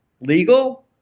legal